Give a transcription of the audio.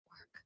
work